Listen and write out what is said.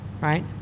right